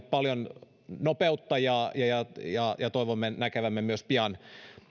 paljon paljon nopeutta ja ja toivomme näkevämme myös pian